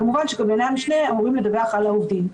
כמובן שקבלני המשנה אמורים לדווח על העובדים.